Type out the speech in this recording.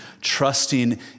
trusting